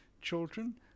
children